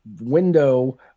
window